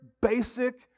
basic